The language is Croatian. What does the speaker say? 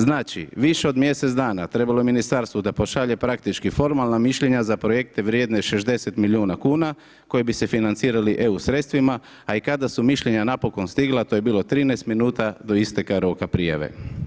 Znači više od mjesec dana trebalo je ministarstvu da pošalje praktički formalna mišljenja za projekte vrijedne 60 milijuna kuna koje bi se financirali EU sredstvima a i kada su mišljenja napokon stigla to je bilo 13 minuta do isteka roka prijave.